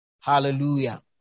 Hallelujah